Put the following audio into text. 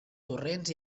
torrents